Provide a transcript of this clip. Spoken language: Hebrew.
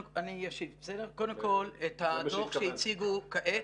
קודם כל, את הדוח שהציגו כעת,